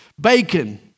bacon